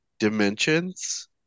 Dimensions